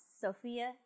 Sophia